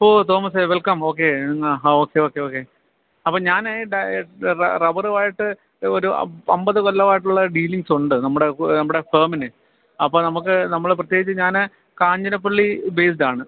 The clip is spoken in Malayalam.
ഓ തോമസേ വെൽക്കം ഓക്കേ ആ ഹാ ഓക്കെ ഓക്കെ ഓക്കെ അപ്പം ഞാൻ ഡയ് റബ്ബറുമായിട്ട് ഒരു അൻപത് കൊല്ലമായിട്ടുള്ള ഡീലിങ്സുണ്ട് നമ്മുടെ നമ്മുടെ ഫേമിന് അപ്പം നമുക്ക് നമ്മൾ പ്രത്യേകിച്ച് ഞാൻ കാഞ്ഞിരപ്പള്ളി ബേസ്ഡാണ്